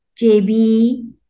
JB